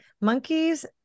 Monkeys